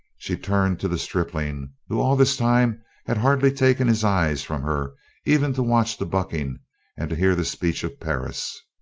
she turned to the stripling, who all this time had hardly taken his eyes from her even to watch the bucking and to hear the speech of perris.